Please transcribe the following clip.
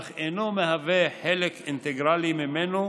אך אינו מהווה חלק אינטגרלי ממנו,